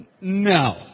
No